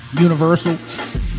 Universal